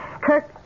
Kirk